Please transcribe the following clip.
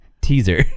Teaser